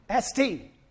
ST